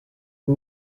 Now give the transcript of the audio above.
who